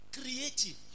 Creative